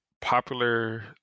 popular